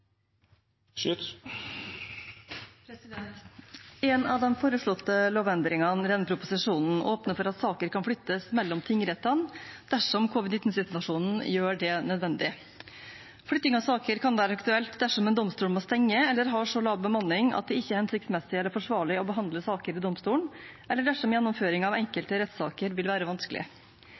En av de foreslåtte lovendringene i denne proposisjonen åpner for at saker kan flyttes mellom tingrettene dersom covid-19-situasjonen gjør det nødvendig. Flytting av saker kan være aktuelt dersom en domstol må stenge eller har så lav bemanning at det ikke er hensiktsmessig eller forsvarlig å behandle saker i domstolen, eller dersom gjennomføring av enkelte rettssaker vil være vanskelig.